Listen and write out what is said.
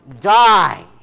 die